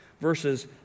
verses